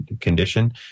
condition